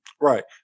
Right